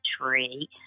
tree